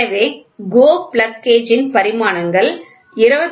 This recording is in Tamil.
எனவே GO பிளக் கேஜ் ன் பரிமாணங்கள் 25